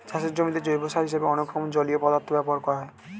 চাষের জমিতে জৈব সার হিসেবে অনেক রকম জলীয় পদার্থ ব্যবহার করা হয়